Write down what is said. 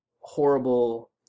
horrible